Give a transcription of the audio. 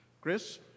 Chris